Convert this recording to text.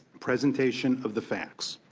presentation of the facts.